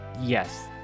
yes